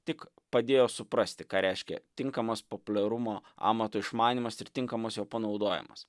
tik padėjo suprasti ką reiškia tinkamas populiarumo amato išmanymas ir tinkamas jo panaudojimas